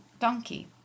donkey